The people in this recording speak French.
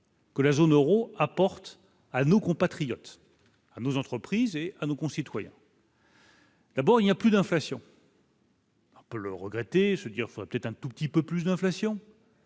Que la zone Euro, apporte à nos compatriotes à nos entreprises et à nos concitoyens. D'abord il y a plus d'inflation. On peut le regretter, se dire, faudrait peut-être un tout petit peu plus d'inflation.